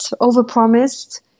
overpromised